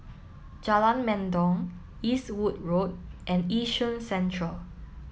Jalan Mendong Eastwood Road and Yishun Central